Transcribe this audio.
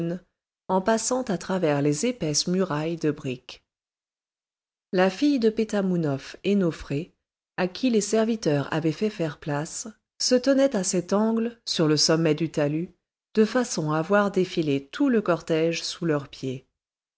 en passant à travers les épaisses murailles de briques la fille de pétamounoph et nofré à qui les serviteurs avaient fait faire place se tenaient à cet angle sur le sommet du talus de façon à voir défiler tout le cortège sous leurs pieds